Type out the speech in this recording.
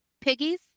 Piggies